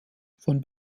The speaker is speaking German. von